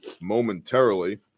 momentarily